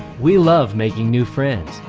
we love making new friends.